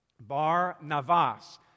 Bar-navas